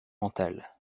mentales